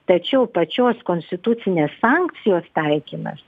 tačiau pačios konstitucinės sankcijos taikymas